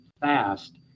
fast